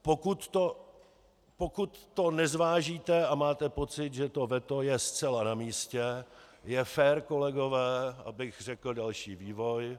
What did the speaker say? Pokud to nezvážíte a máte pocit, že veto je zcela namístě, je fér, kolegové, abych řekl další vývoj.